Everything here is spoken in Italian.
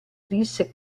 disse